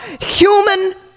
human